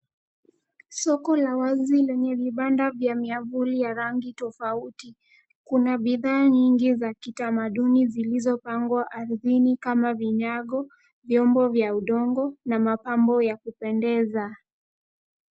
Soko la wazi lenye vibanda vya miavuli ya rangi tofauti. Kuna bidhaa nyingi za kitamaduni zilizopangwa ardhini kama vinyango, vyombo vya udongo na mapambo ya kupendeza.